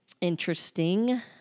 interesting